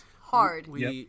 hard